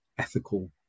Ethical